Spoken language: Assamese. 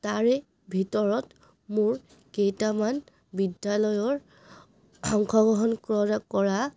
তাৰে ভিতৰত মোৰ কেইটামান বিদ্যালয়ৰ অংশগ্ৰহণ কৰা কৰা